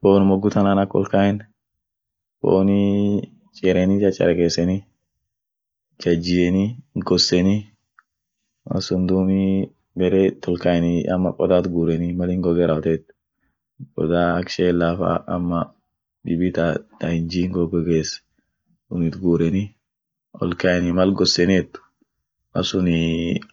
Foon mugu tanan ak ol kaen, foonii chireni chacharekeseni jajieni gosseni mal sun dumii baret ol kaeniey ama kodaat gureni mal in goge rawoteet, kodaa ak shella fa ama dibi ta ta hinjiin gogess, sun itgureni olkaeni mal gosseniet mal sunii